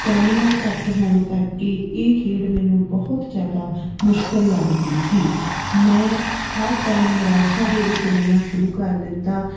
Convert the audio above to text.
stamina ਘੱਟ ਹੋਣ ਕਰਕੇ ਇਹ ਖੇਡ ਮੈਨੂੰ ਬਹੁਤ ਜ਼ਿਆਦਾ ਮੁਸ਼ਕਲ ਲੱਗਦੀ ਸੀ ਮੈਂ ਹਰ ਟਾਇਮ ਨਿਰਾਸ਼ਾ ਦੇ ਵਿੱਚ ਰਹਿਣਾ ਸ਼ੁਰੂ ਕਰ ਦਿੱਤਾ